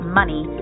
money